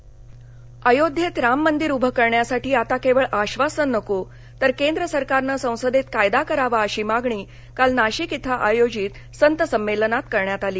संत संमेलन अयोध्येत राम मंदिर उभं करण्यासाठी आता केवळ आधासन नको तर केंद्र सरकारन संसदेत कायदा करावा अशी मागणी काल नाशिक इथं आयोजित संत संमेलनात करण्यात आली